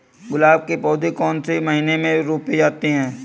गुलाब के पौधे कौन से महीने में रोपे जाते हैं?